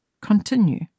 Continue